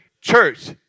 church